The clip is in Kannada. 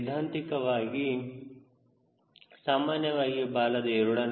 ಸೈದ್ಧಾಂತಿಕವಾಗಿ ಸಾಮಾನ್ಯವಾಗಿ ಬಾಲದ a